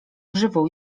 grzywą